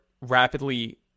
rapidly